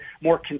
more